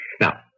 Now